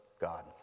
God